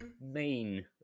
main